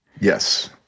Yes